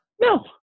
no